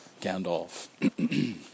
Gandalf